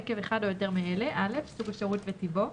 עקב אחד או יותר מאלה: סוג השירות וטיבו,